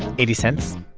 eighty cents.